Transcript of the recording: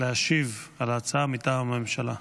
להשיב על ההצעה מטעם הממשלה.